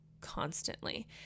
constantly